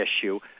issue